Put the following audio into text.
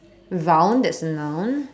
round that's a noun